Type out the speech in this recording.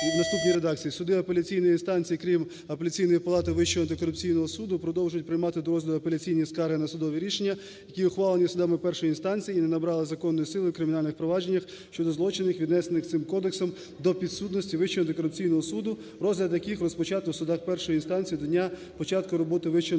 в наступній редакції суди апеляційної інстанції, крім Апеляційної палати Вищого антикорупційного суду, продовжують приймати до розгляду апеляційні скарги на судові рішення, які ухвалені судами першої інстанції і не набрали законної сили в кримінальних провадженнях щодо злочинів віднесених цим кодексом до підсудності Вищого антикорупційного суду, розгляд яких розпочато в судах першої інстанції, від дня початку роботи Вищого антикорупційного суду.